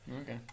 Okay